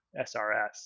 SRS